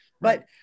But-